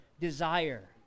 desire